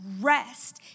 rest